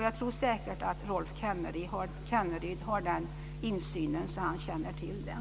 Jag tror säkert att Rolf Kenneryd har den insynen att han känner till det.